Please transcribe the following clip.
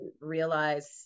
realize